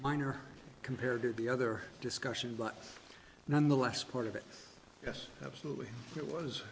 minor compared to the other discussion but nonetheless part of it yes absolutely it was